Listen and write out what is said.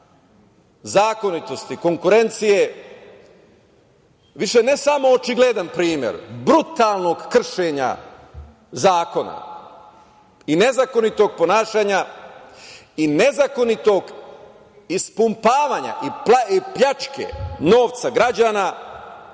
zakonitosti konkurencije više ne samo očigledan primer brutalnog kršenja zakona i nezakonitog ponašanja i nezakonitog ispumpavanja i pljačke novca građana